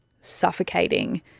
suffocating